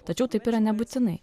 tačiau taip yra nebūtinai